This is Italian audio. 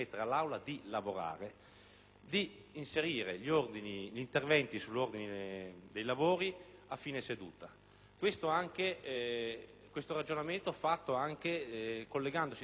di inserire gli interventi sull'ordine dei lavori a fine seduta. Questo ragionamento è stato fatto anche con un collegamento diretto al Regolamento del Senato.